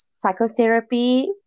psychotherapy